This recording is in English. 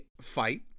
fight